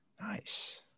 nice